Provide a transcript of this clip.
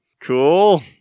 Cool